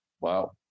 Wow